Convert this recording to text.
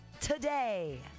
today